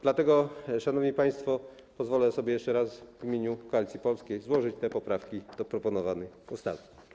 Dlatego, szanowni państwo, pozwolę sobie jeszcze raz w imieniu Koalicji Polskiej złożyć poprawki do przedłożonego projektu ustawy.